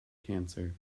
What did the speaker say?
cancer